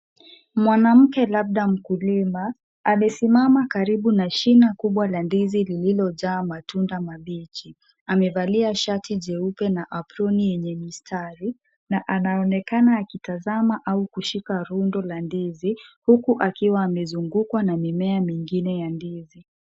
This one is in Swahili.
Mwanamke labda mkulima amesimama karibu na shina kubwa la ndizi lililojaa matunda mabichi. Amevalia shati jeupe na aproni yenye mistari na anaonekana akitazama au kushika rundo la ndizi huku akiwa amezungukwa na mimea mingine ya ndizi.